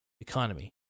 economy